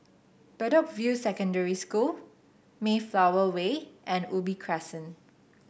Bedok View Secondary School Mayflower Way and Ubi Crescent